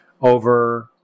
over